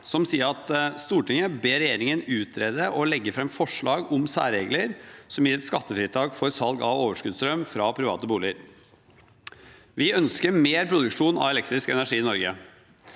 «Stortinget ber regjeringen utrede og legge frem forslag om særregler som gir et skattefritak for salg av overskuddsstrøm fra private boliger.» Vi ønsker mer produksjon av elektrisk energi i Norge.